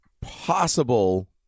Possible